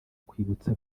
kwibutsa